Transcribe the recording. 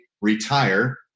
retire